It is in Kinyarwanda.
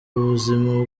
buzima